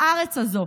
לארץ הזו.